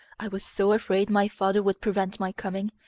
i was so afraid my father would prevent my coming,